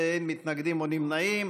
אין מתנגדים או נמנעים.